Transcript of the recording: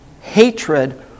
hatred